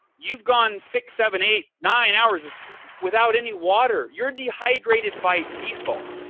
you've gone six, seven, eight, nine hours without any water. you're dehydrated by default.